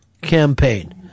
campaign